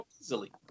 easily